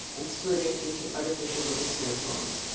and splitting into artificial little snow-storms.